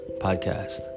Podcast